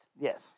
Yes